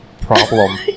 problem